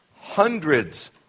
Hundreds